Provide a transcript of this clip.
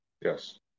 yes